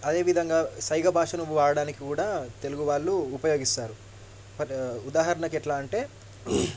అదేవిధంగా సైగ భాషలు వాడడానికి కూడా తెలుగు వాళ్ళు ఉపయోగిస్తారు బట్ ఉదాహరణకి ఎట్లా అంటే